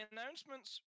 announcements